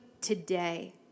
today